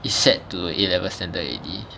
is set to A level standard already